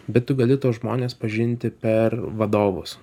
bet tu gali tuos žmones pažinti per vadovus